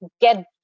get